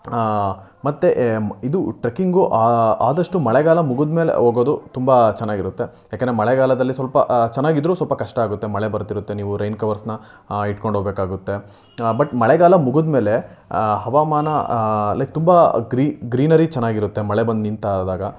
ಮತ್ತು ಮ್ ಇದು ಟ್ರೆಕ್ಕಿಂಗು ಆದಷ್ಟು ಮಳೆಗಾಲ ಮುಗಿದ ಮೇಲೆ ಹೋಗೋದು ತುಂಬ ಚೆನ್ನಾಗಿರುತ್ತೆ ಯಾಕೆಂದರೆ ಮಳೆಗಾಲದಲ್ಲಿ ಸ್ವಲ್ಪ ಚೆನ್ನಾಗಿದ್ರೂ ಸ್ವಲ್ಪ ಕಷ್ಟ ಆಗುತ್ತೆ ಮಳೆ ಬರ್ತಿರುತ್ತೆ ನೀವು ರೈನ್ ಕವರ್ಸ್ನ ಇಟ್ಕೊಂಡು ಹೋಗಬೇಕಾಗುತ್ತೆ ಬಟ್ ಮಳೆಗಾಲ ಮುಗಿದ ಮೇಲೆ ಹವಾಮಾನ ಲೈಕ್ ತುಂಬ ಗ್ರೀನರಿ ಚೆನ್ನಾಗಿರುತ್ತೆ ಮಳೆ ಬಂದು ನಿಂತಾಗ